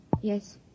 Yes